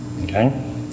okay